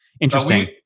Interesting